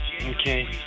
Okay